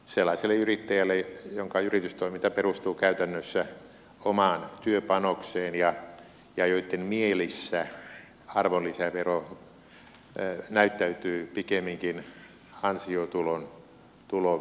sellaiselle yrittäjälle jonka yritystoiminta perustuu käytännössä omaan työpanokseen ja jonka mielessä arvonlisävero näyttäytyy pikemminkin ansiotuloverona